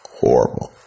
horrible